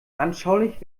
anschaulich